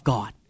God